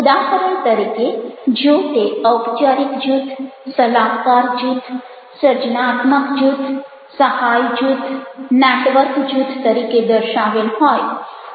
ઉદાહરણ તરીકે જો તે ઔપચારિક જૂથ સલાહકાર જૂથ સર્જનાત્મક જૂથ સહાય જૂથ નેટવર્ક જૂથ તરીકે દર્શાવેલ હોય